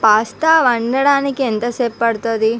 pasta వండడానికి ఎంత సేపు పడుతుంది